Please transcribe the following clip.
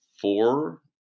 four